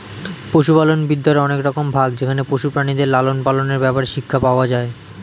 পশুপালন বিদ্যার অনেক রকম ভাগ যেখানে পশু প্রাণীদের লালন পালনের ব্যাপারে শিক্ষা পাওয়া যায়